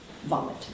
vomit